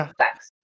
thanks